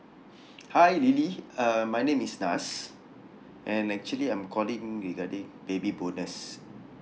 hi lily uh my name is nas and actually I'm calling regarding baby bonus